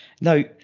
now